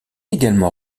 également